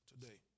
today